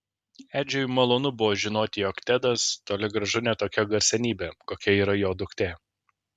edžiui malonu buvo žinoti jog tedas toli gražu ne tokia garsenybė kokia yra jo duktė